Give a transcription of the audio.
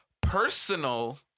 personal